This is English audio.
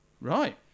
right